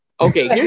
okay